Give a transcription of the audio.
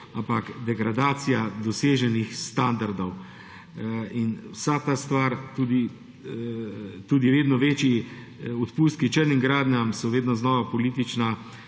ampak degradacija doseženih standardov. Vsa ta stvar, tudi vedno večji odpustki črnim gradnjam so vedno znova všečna